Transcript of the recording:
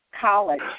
college